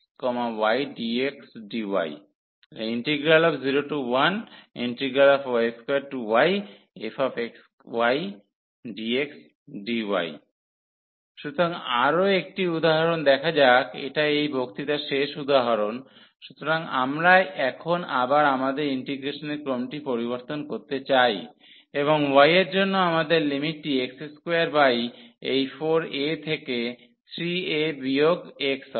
01y2yfxydxdy সুতরাং আরও একটি উদাহরণ দেখা যাক এটা এই বক্তৃতার শেষ উদাহরণ সুতরাং আমরা এখন আবার আমাদের ইন্টিগ্রেশনের ক্রমটি পরিবর্তন করতে চাই এবং y এর জন্য আমাদের লিমিটটি x2 বাই এই 4a থেকে 3a বিয়োগ x হবে